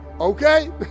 okay